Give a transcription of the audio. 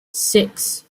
six